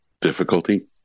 difficulty